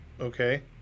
Okay